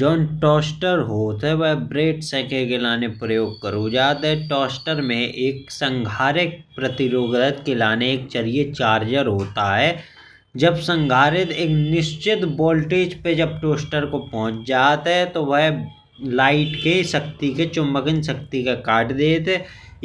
John toaster गरम है वाह ब्रेड सेके लेन प्रयोग करो जात है। टोस्टर में एक उपभोक्ता प्रतिरोधक के लाने के लिए चार्जर गर्म है। जब संघरित एक निश्चित वोल्टेज पर जब टोस्टर को पहुंच जाता है। तो वाह लाइट के शक्ति के चुम्बकन शक्ति के कट देत है।